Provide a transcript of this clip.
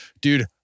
dude